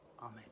amen